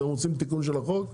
אתם רוצים תיקון של החוק?